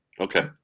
Okay